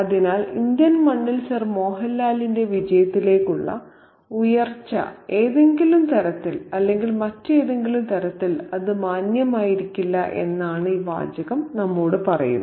അതിനാൽ ഇന്ത്യൻ മണ്ണിൽ സർ മോഹൻലാലിന്റെ വിജയത്തിലേക്കുള്ള ഉയർച്ച ഏതെങ്കിലും തരത്തിൽ അല്ലെങ്കിൽ മറ്റെന്തെങ്കിലും തരത്തിൽ അത്ര മാന്യമായിരിക്കില്ല എന്നാണ് ഈ വാചകം നമ്മോട് പറയുന്നത്